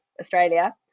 australia